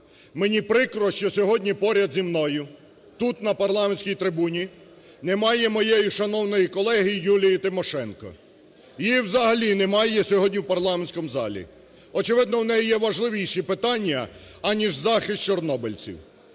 Мені прикро, що сьогодні поряд зі мною тут, на парламентській трибуні, немає моєї шановної колеги Юлії Тимошенко, її взагалі немає сьогодні в парламентському залі, очевидно, у неї є важливіші питання аніж захист чорнобильців.